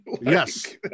yes